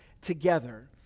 together